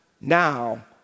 now